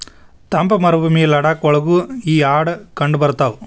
ತಂಪ ಮರಭೂಮಿ ಲಡಾಖ ಒಳಗು ಈ ಆಡ ಕಂಡಬರತಾವ